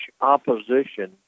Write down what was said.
opposition